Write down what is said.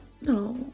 No